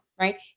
right